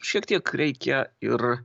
šiek tiek reikia ir